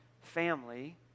family